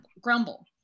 grumble